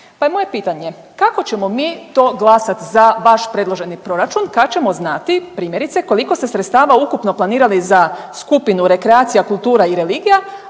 moje pitanje kako ćemo mi to glasat za vaš predloženi proračun kad ćemo znati primjerice koliko ste sredstava ukupno planirali za skupinu rekreacija, kultura i religija,